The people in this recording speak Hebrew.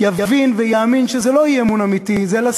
יבין ויאמין שזה לא אי-אמון אמיתי אלא